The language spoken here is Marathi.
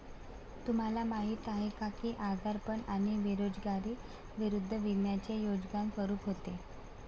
तुम्हाला माहीत आहे का की आजारपण आणि बेरोजगारी विरुद्ध विम्याचे योगदान स्वरूप होते?